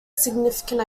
significant